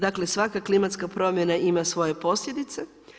Dakle svaka klimatska promjena ima svoje posljedice.